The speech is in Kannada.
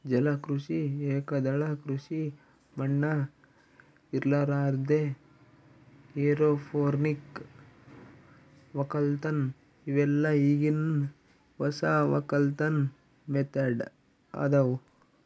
ಜಲ ಕೃಷಿ, ಏಕದಳ ಕೃಷಿ ಮಣ್ಣ ಇರಲಾರ್ದೆ ಎರೋಪೋನಿಕ್ ವಕ್ಕಲತನ್ ಇವೆಲ್ಲ ಈಗಿನ್ ಹೊಸ ವಕ್ಕಲತನ್ ಮೆಥಡ್ ಅದಾವ್